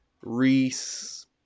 Reese